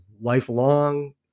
lifelong